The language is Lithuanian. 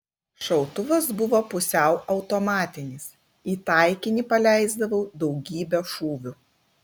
šautuvas buvo pusiau automatinis į taikinį paleisdavau daugybę šūvių